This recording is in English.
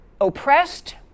oppressed